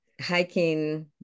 hiking